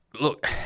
look